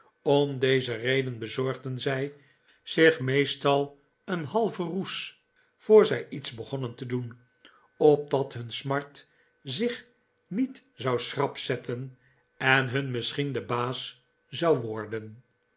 om deze reden bezorgden zij zich meestal een halven roes voor zij iets begonnen te doen opdat hun smart zich niet zou schrap zetten en hun misschien den baas zou worden